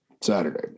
Saturday